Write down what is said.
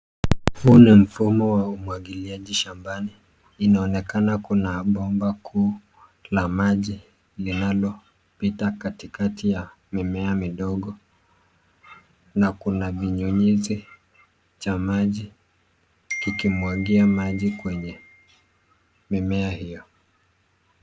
Huu ni mfumo wa umwagiliaji shambani. Inaonekana kuna bomba kuu la maji linalopita katikati ya mimea midogo na kuna vinyunyizi cha maji ikimwagia maji kwenye mimea hiyo.